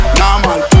normal